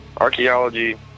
Archaeology